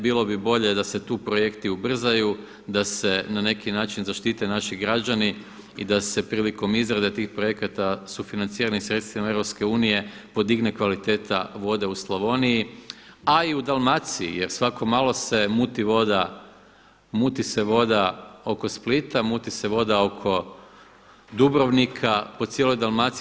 Bilo bi bolje da se tu projekti ubrzaju, da se na neki način zaštite naši građani i da se prilikom izrade tih projekata sufinanciranim sredstvima EU podigne kvaliteta vode u Slavoniji, a i u Dalmaciji jer svako malo se muti voda, muti se voda oko Splita, muti se voda oko Dubrovnika, po cijeloj Dalmaciji.